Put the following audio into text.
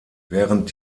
während